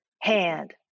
hand